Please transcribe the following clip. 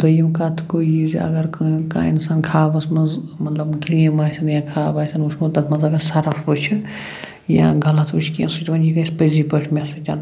دٔیِم کَتھ گوٚو یہِ زِ اگر کانٛہہ نتہٕ اِنسان خابَس مَنٛز مَطلَب ڈرٛیٖم آسن یا خاب آسٮ۪ن وٕچھمُت تَتھ مَنٛز اگر سَرَف وٕچھِ یا غَلَط وٕچھِ کینٛہہ سُہ چھُ دَپان یہِ گَژھِ پٔزی پٲٹھۍ مےٚ سۭتۍ